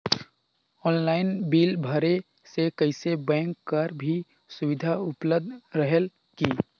Online bill भरे से कइसे बैंक कर भी सुविधा उपलब्ध रेहेल की?